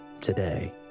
Today